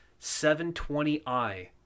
720i